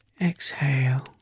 exhale